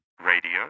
Radio